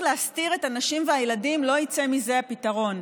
להסתיר את הנשים והילדים לא יצא מזה פתרון.